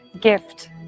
gift